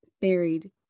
buried